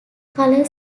color